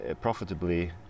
profitably